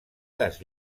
les